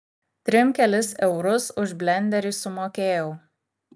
trim kelis eurus už blenderį sumokėjau